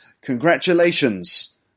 Congratulations